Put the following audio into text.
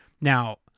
Now